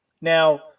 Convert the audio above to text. Now